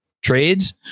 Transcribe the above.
trades